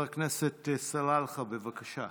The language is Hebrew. חבר הכנסת סלאלחה, בבקשה.